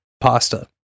pasta